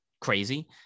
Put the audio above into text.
Crazy